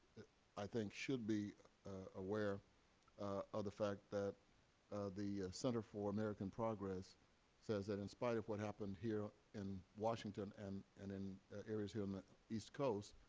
i think, should be aware of the fact that the center for american progress says that in spite of what happened here in washington and and in areas here on the east coast,